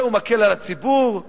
שהוא מקל על הציבור.